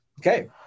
Okay